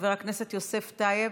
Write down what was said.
חבר הכנסת יוסף טייב,